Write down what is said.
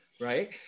right